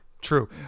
True